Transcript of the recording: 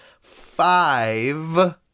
five